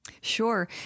Sure